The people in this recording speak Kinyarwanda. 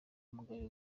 umugayo